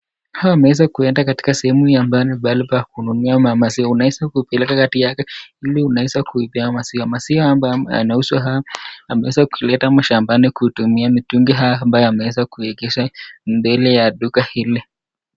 Hawa wameweza kuenda katika sehemu ambayo ni mahali pa kununulia maziwa. Unaweza kupeleka ili uweze kuipea maziwa ambayo yanauzwa hapa yamewezwa kuletwa shambani kutumia mtungi haya ambayo yameweza kuegeshwa mbele ya duka hile.